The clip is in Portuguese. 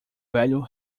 velho